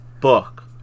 book